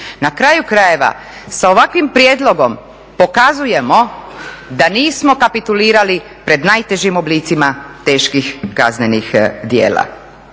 Na kraju krajeva, sa ovakvim prijedlogom … da nismo kapitulirali pred … teških kaznenih djela.